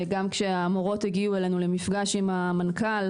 גם כשהמורות הגיעו אלינו למפגש עם המנכ"ל,